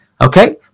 okay